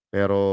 Pero